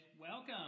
Welcome